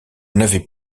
n’avais